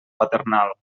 paternal